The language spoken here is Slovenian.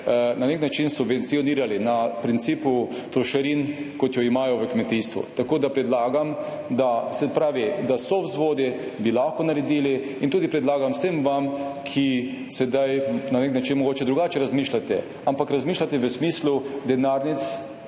na nek način subvencionirali po principu trošarin, kot ga imajo v kmetijstvu. Predlagam torej, da so vzvodi, lahko bi naredili, in tudi predlagam vsem vam, ki sedaj na nek način mogoče drugače razmišljate, ampak razmišljate v smislu denarnic